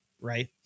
right